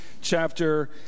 chapter